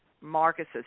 Marcus's